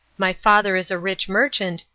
my father is a rich merchant,